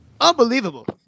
unbelievable